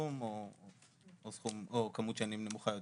בתחום או כמות שנים נמוכה יותר,